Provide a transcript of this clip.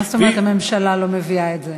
מה זאת אומרת הממשלה לא מביאה את זה?